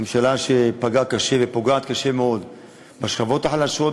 ממשלה שפגעה קשה ופוגעת קשה מאוד בשכבות החלשות,